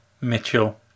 Mitchell